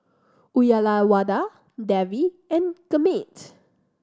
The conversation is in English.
Uyyalawada Devi and Gurmeet